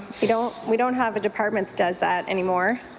we don't we don't have a department that does that anymore,